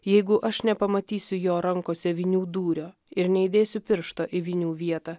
jeigu aš nepamatysiu jo rankose vinių dūrio ir neįdėsiu piršto į vinių vietą